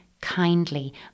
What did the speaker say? kindly